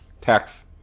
tax